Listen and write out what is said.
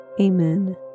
Amen